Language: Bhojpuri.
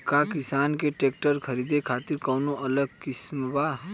का किसान के ट्रैक्टर खरीदे खातिर कौनो अलग स्किम बा?